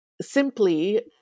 simply